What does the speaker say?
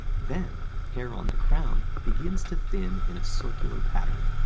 then hair on the crown begins to thin in a circular pattern.